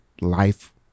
life